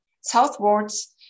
southwards